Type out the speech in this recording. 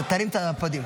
תרים את הפודיום,